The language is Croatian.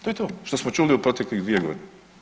To je to što smo čuli u proteklih 2 godine.